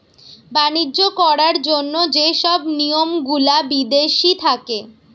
বাণিজ্য করার জন্য যে সব নিয়ম গুলা বিদেশি থাকে